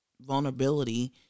vulnerability